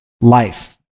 life